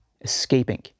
escaping